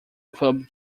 club